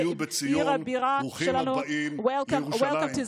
הבירה שלנו ירושלים.) ברוכים תהיו בציון,